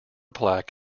plaque